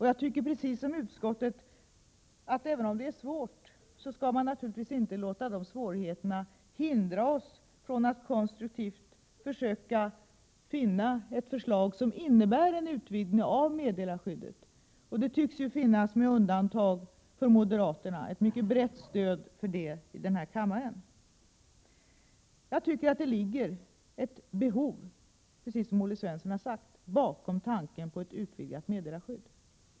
Jag tycker precis som utskottet att vi, även om det finns svårigheter, naturligtvis inte skall låta dessa hindra oss från att konstruktivt försöka finna ett förslag som innebär en utvidgning av meddelarskyddet. Det tycks ju också finnas, med undantag för moderaternas inställning, ett mycket brett stöd för det i denna kammare. Jag tycker, precis som Olle Svensson, att det ligger ett behov bakom tanken på ett utvidgat meddelarskydd.